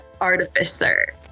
artificer